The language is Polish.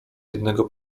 jednego